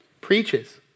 preaches